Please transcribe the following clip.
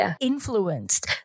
influenced